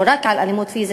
או רק על אלימות פיזית,